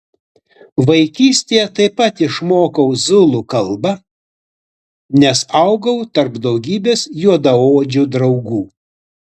vaikystėje taip pat išmokau zulų kalbą nes augau tarp daugybės juodaodžių draugų